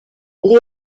les